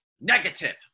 Negative